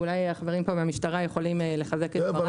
אולי החברים פה מהמשטרה יכולים לחזק את דבריי.